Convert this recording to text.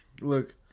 Look